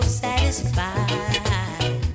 satisfied